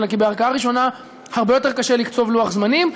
אלא כי בערכאה ראשונה הרבה יותר קשה לקצוב לוח-זמנים,